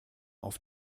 auf